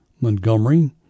Montgomery